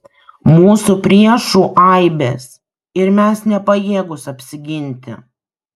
mūsų priešų aibės ir mes nepajėgūs apsiginti